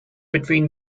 between